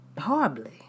horribly